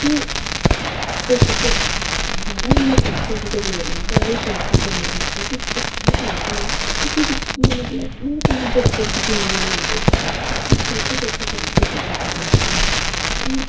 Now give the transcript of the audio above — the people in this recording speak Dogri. ते कोई जेह्के बाहरा दे कल्चर दे लोक न बाह्रा कल्चर दे लोक ओह्बी जेह्का साढ़ा कल्चर ऐ ते उसी दिक्खियै मतलब नुहाड़े कन्नै बड़ा जादै घुली मिली जंदे साढ़ा कल्चर जेह्ड़ा बड़ा सिद्धा सादा कल्चर ऐ ते